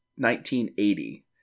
1980